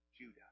Judah